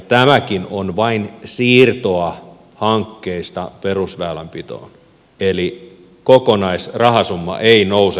tämäkin on vain siirtoa hankkeista perusväylänpitoon eli kokonaisrahasumma ei nouse yhtään